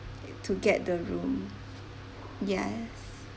to get the room yes